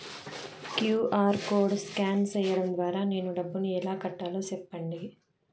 QR code scan సేయడం ద్వారా నేను డబ్బును ఎలా కట్టాలో సెప్పండి?